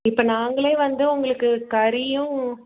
இப்போ நாங்களே வந்து உங்களுக்கு கறியும்